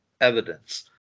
evidence